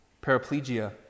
paraplegia